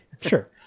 Sure